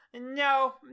no